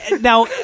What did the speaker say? now